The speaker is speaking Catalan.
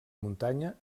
muntanya